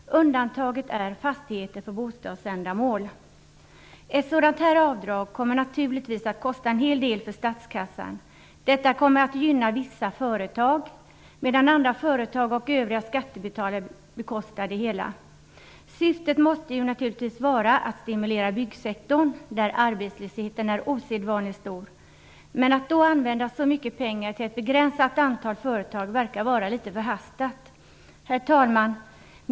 Herr talman! jag vill ta upp en del saker som berör just arbetsmarknadspolitiken. I den här diskuterade propositionen finns ett förslag om direktavdrag för byggnadsinvesteringar. I förslaget nämns 50 % som avdrag för investeringar i fastigheter och markanläggningar. Undantaget är fastigheter för bostadsändamål. Ett sådant här avdrag kommer naturligtvis att kosta en hel del för statskassan. Detta kommer att gynna vissa företag, medan andra företag och övriga skattebetalare bekostar det hela. Syftet måste naturligtvis vara att stimulera byggsektorn, där arbetslösheten är osedvanligt stor. Men att då använda så mycket pengar till ett begränsat antal företag verkar vara litet förhastat. Herr talman!